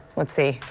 let's see.